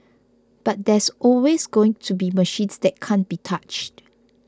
but there's always going to be machines that can't be touched